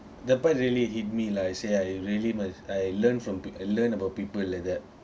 that part really hit me like say I really must I learn from I learn about people like that